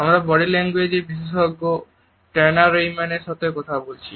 আমরা body language বিশেষজ্ঞ Tonya রেইমানের সাথে কথা বলেছি